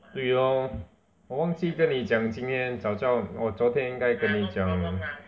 对 loh 我忘记跟你讲今天早知道我昨天应该跟你讲